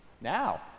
now